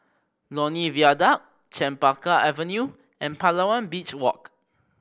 Lornie Viaduct Chempaka Avenue and Palawan Beach Walk